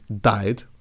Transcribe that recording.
Died